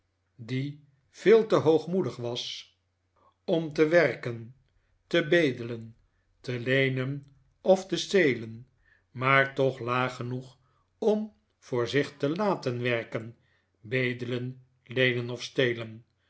die veel te hoogmoedig was om te werken te bedelen te leenen of te stelen maar toch laag genoeg om voor zich te laten werken bedelen leenen of stelen